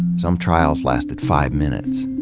some trials lasted five minutes.